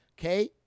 Okay